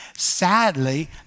Sadly